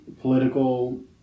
political